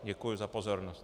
Děkuji za pozornost.